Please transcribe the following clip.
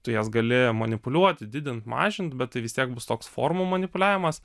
tu jas gali manipuliuoti didint mažint bet tai vis tiek bus toks formų manipuliavimas